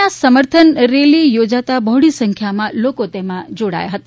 ના સમર્થન રેલી યોજાતા બહોળી સંખ્યા લોકો તેમાં જોડાયા હતા